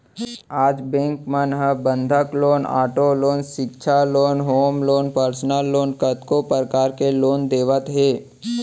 आज बेंक मन ह बंधक लोन, आटो लोन, सिक्छा loan, home loan, personal loan कतको परकार ले लोन देवत हे